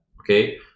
okay